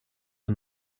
are